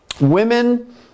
Women